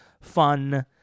fun